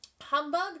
Humbug